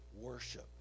worship